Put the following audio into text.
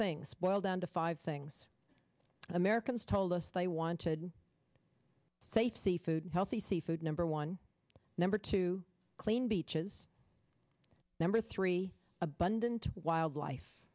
things boil down to five things americans told us they wanted faith seafood healthy seafood number one number two clean beaches number three abundant wildlife